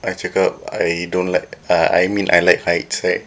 I cakap I don't like uh I mean I like heights right